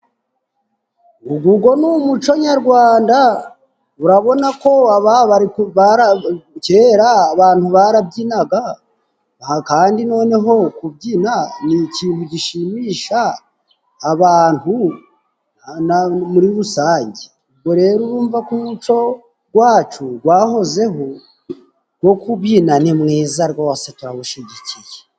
Ugo go ni umuco nyarwanda urabona ko kera abantu barabyinaga kandi noneho kubyina ni ikintu gishimisha abantu muri rusange. Ubwo rero urumva ko umuco wacu gwahozeho go kubyina ni mwiza rwose turawushyigikiye.